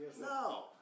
No